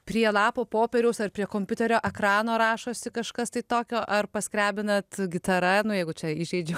prie lapo popieriaus ar prie kompiuterio ekrano rašosi kažkas tai tokio ar skrebinat gitara nu jeigu čia įžeidžiau